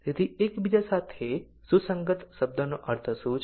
તેથી એકબીજા સાથે સુસંગત શબ્દનો અર્થ શું છે